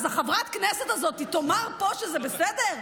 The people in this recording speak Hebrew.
אז חברת הכנסת הזאת תאמר פה שזה בסדר?